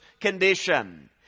condition